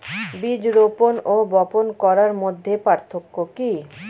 বীজ রোপন ও বপন করার মধ্যে পার্থক্য কি?